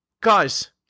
guys